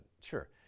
sure